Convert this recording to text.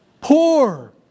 Poor